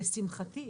לשמחתי,